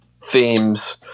themes